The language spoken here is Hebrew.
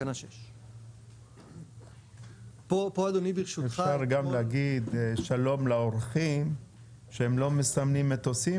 תקנה 6. אפשר גם להגיד שלום לאורחים שהם לא מסמנים מטוסים,